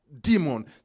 demon